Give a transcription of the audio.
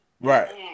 right